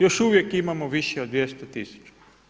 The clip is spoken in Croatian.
Još uvijek imamo više od 200 tisuća.